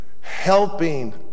helping